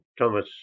Thomas